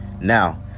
now